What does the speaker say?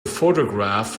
photograph